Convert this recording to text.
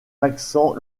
accent